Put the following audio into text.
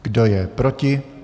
Kdo je proti?